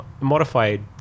modified